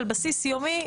על בסיס יומי,